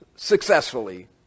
successfully